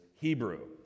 Hebrew